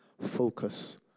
focus